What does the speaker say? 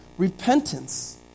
Repentance